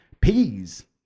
peas